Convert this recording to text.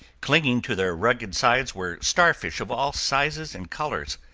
clinging to their rugged sides were starfish of all sizes and colors,